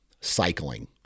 cycling